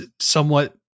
somewhat